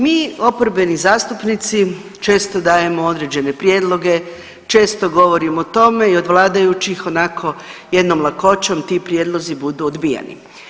Mi oporbeni zastupnici često dajemo određene prijedloge, često govorimo o tome i od vladajućih onako jednom lakoćom ti prijedlozi budu odbijeni.